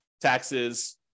taxes